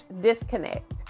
disconnect